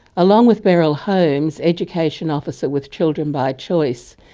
along with beryl holmes, education officer with children by choice,